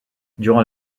durant